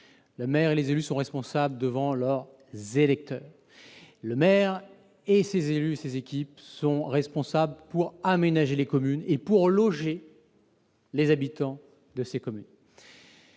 Le maire et les élus sont responsables devant leurs électeurs. Le maire, les élus et leurs équipes sont responsables pour aménager les communes et pour loger leurs habitants. Du